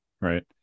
right